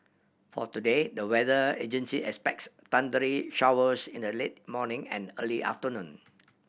for today the weather agency expects thundery showers in the late morning and early afternoon